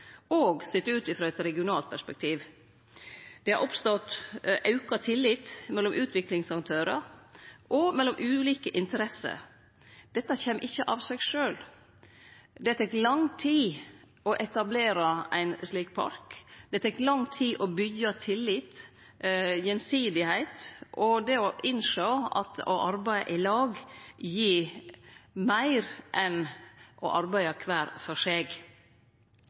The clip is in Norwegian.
sett ut frå eit regionalt perspektiv. Det har oppstått auka tillit mellom utviklingsaktørar og mellom ulike interesser. Dette kjem ikkje av seg sjølv. Det tek lang tid å etablere ein slik park. Det tek lang tid å byggje tillit, gjensidigheit og det å innsjå at å arbeide i lag gir meir enn å arbeide kvar for seg.